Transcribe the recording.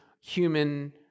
human